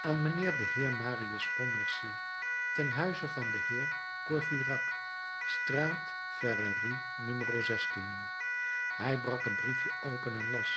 aan mijnheer den heer marius pontmercy ten huize van den heer courfeyrac straat verrerie no hij brak het briefje open en las